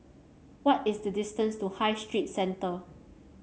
what is the distance to High Street Centre